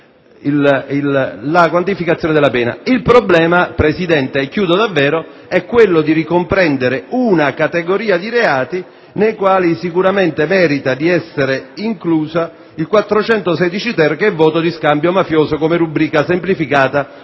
Il problema, signor Presidente, è quello di ricomprendervi una categoria di reati nei quali sicuramente merita di essere incluso l'articolo 416-*ter* (che è il voto di scambio mafioso come rubrica semplificata,